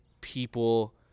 people